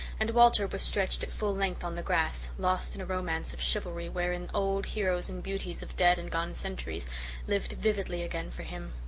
and walter was stretched at full length on the grass, lost in a romance of chivalry wherein old heroes and beauties of dead and gone centuries lived vividly again for him.